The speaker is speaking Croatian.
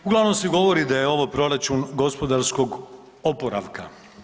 Uglavnom se govori da je ovo proračun gospodarskog oporavka.